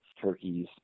turkeys